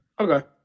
Okay